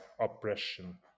oppression